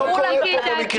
מיקי,